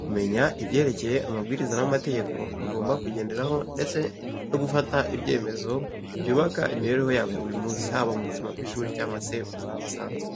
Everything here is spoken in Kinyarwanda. kumenya ibyerekeye amabwiriza n'amategeko bagomba kugenderaho ndetse no gufata ibyemezo byubaka mu mibereho yabo ya buri munsi, haba mu buzima bw'ishuri cyangwa se ubuzima busanzwe.